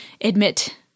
admit –